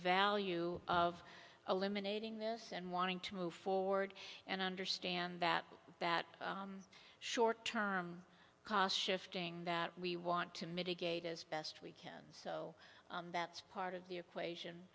value of eliminating this and wanting to move forward and understand that that short term cost shifting that we want to mitigate as best we can so that's part of the equation